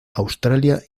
australia